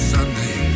Sunday